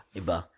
iba